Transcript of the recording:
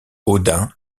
odin